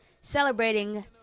Celebrating